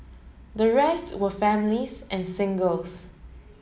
the rest were families and singles